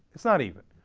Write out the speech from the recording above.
it's not even.